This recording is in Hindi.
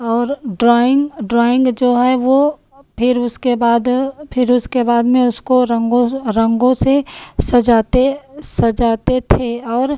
और ड्रॉइन्ग ड्रॉइन्ग जो है वह फिर उसके बाद फिर उसके बाद में उसको रंगों से रंगों से सजाते सजाते थे और